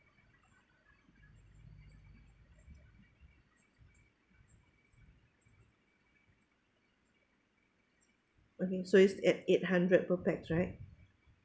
okay so it's at eight hundred per pax right